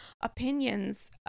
opinions